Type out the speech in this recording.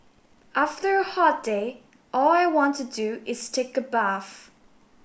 after a hot day all I want to do is take a bath